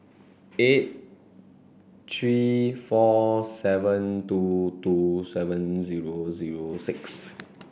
eight three four seven two two seven zero zero six